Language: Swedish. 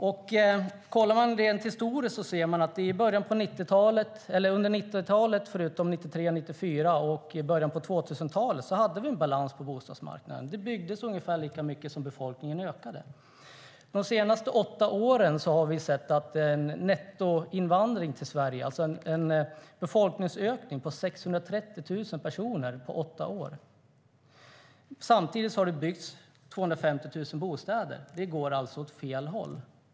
Om man tittar rent historiskt ser man att vi under 90-talet, förutom 1993-1994, och i början på 2000-talet hade balans på bostadsmarknaden. Det byggdes ungefär lika mycket som befolkningen ökade. De senaste åtta åren har vi sett en nettoinvandring till Sverige, alltså en befolkningsökning på 630 000 personer på åtta år. Samtidigt har det byggts 250 000 bostäder. Det går alltså åt fel håll.